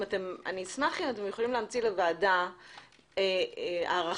אשמח אם תוכלו להמציא לוועדה הערכה,